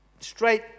straight